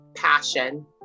passion